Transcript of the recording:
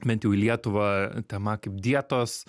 bent jau į lietuvą tema kaip dietos